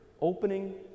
Opening